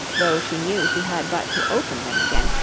though she knew she had but to open them again,